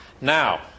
Now